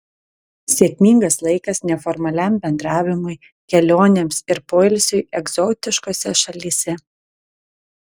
sėkmingas laikas neformaliam bendravimui kelionėms ir poilsiui egzotiškose šalyse